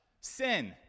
Sin